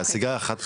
הסיגריה חד פעמית.